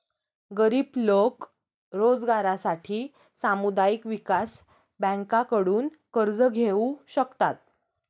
गरीब लोक रोजगारासाठी सामुदायिक विकास बँकांकडून कर्ज घेऊ शकतात